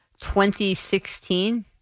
2016